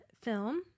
film